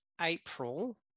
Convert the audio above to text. April